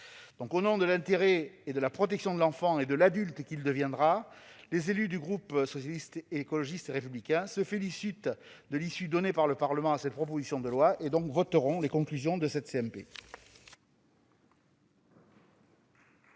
au nom de l'intérêt de l'enfant, de sa protection et de celle de l'adulte qu'il deviendra, les élus du groupe Socialiste, Écologiste et Républicain se félicitent de l'issue donnée par le Parlement à cette proposition de loi. Ils voteront en faveur des conclusions de cette CMP.